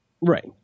right